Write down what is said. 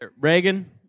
Reagan